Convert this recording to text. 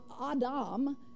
Adam